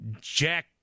Jack